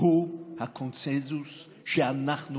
הוא הקונסנזוס שאנחנו